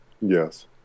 yes